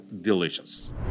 delicious